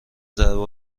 ضربه